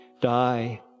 die